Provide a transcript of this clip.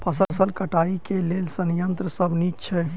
फसल कटाई लेल केँ संयंत्र सब नीक छै?